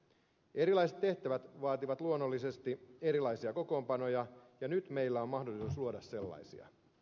erilaiset tehtävät vaativat luonnollisesti erilaisia kokoonpanoja ja nyt meillä on mahdollisuus luoda sellaisia